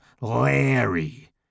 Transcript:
Larry